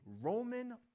Roman